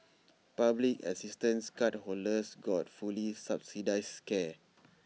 public assistance cardholders got fully subsidised care